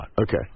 Okay